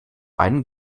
einen